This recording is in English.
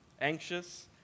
anxious